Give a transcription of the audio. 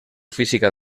física